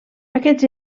aquests